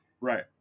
Right